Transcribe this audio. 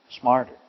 smarter